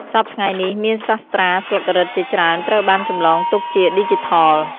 សព្វថ្ងៃនេះ មានសាស្ត្រាស្លឹករឹតជាច្រើនត្រូវបានចម្លងទុកជាឌីជីថល។